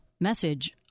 Message